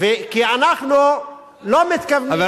כי אנחנו לא מתכוונים, יש בדואיות שמשרתות.